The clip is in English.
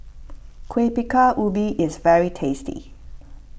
Kueh Bingka Ubi is very tasty